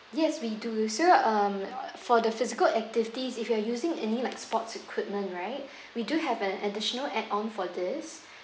yes we do so um for the physical activities if you're using any like sports equipment right we do have an additional add on for this